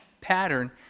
pattern